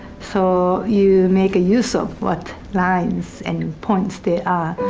so you make use of what lines and points there